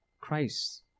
Christ